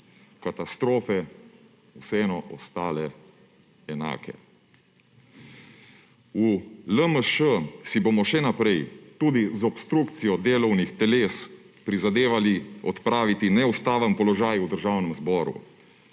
katastrofe vseeno ostale enake. V LMŠ si bomo še naprej tudi z obstrukcijo delovnih teles prizadevali odpraviti neustaven položaj v Državnem zboru.